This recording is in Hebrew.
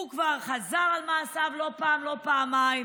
הוא כבר חזר על מעשיו לא פעם ולא פעמיים.